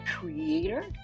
creator